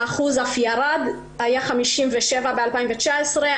השיעור אף ירד: היה 57% בשנת 2019,